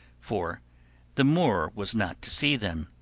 for the moor was not to see them.